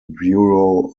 bureau